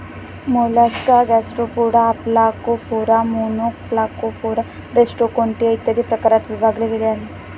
Mollusca Gastropoda, Aplacophora, Monoplacophora, Rostroconchia, इत्यादी प्रकारात विभागले गेले आहे